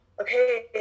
Okay